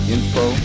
Info